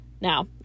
Now